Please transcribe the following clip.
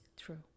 True